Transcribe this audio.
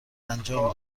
انجام